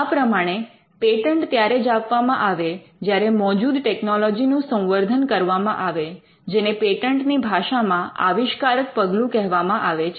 આ પ્રમાણે પેટન્ટ ત્યારે જ આપવામાં આવે જ્યારે મોજુદ ટેકનોલૉજીનું સંવર્ધન કરવામાં આવે જેને પેટન્ટની ભાષામાં આવિષ્કારક પગલું કહેવામાં આવે છે